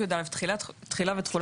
יש שם התייחסות לסוגים שונים של חוב,